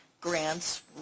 grants